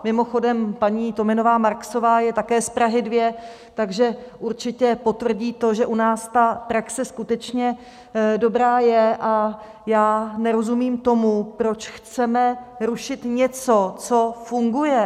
Mimochodem, paní Tominová Marksová je také z Prahy 2, takže určitě potvrdí to, že u nás ta praxe skutečně je dobrá, a nerozumím tomu, proč chceme rušit něco, co funguje.